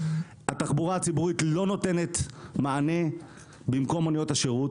התחבורה הציבורית לא נותנת מענה במקום מוניות השירות,